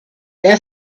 their